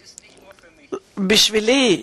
בשבילי,